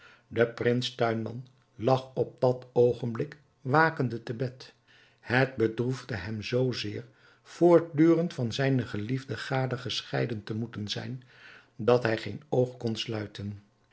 de prins tuinman lag op dat oogenblik wakende te bed het bedroefde hem zoo zeer voortdurend van zijne geliefde gade gescheiden te moeten zijn dat hij geen oog kon sluiten